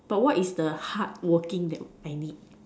but what is the hardworking that I need